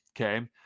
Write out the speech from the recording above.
okay